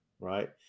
right